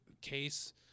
Case